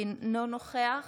אינו נוכח